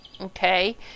Okay